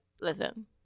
Listen